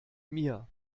mir